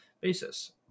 basis